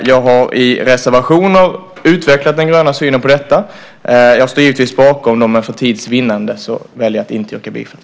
Jag har i reservationer utvecklat den gröna synen på detta. Jag står givetvis bakom dem, men för tids vinnande väljer jag att inte yrka bifall till dem.